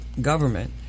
government